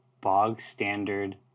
bog-standard